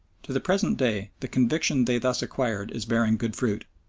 to the present day the conviction they thus acquired is bearing good fruit.